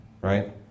Right